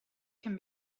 can